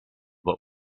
what